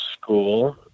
school